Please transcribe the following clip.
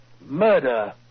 Murder